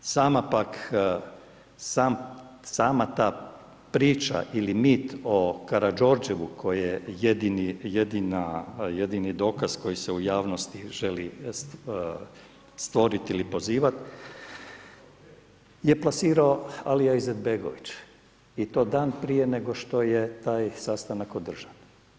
Sama ta priča ili nit o Karađorđevu koji je jedini dokaz koji se u javnosti želi stvoriti ili pozivati je platio Alija Izetbegović i to dan prije nego što je taj sastanak održan.